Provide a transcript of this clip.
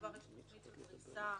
כבר יש תוכנית בפריסה,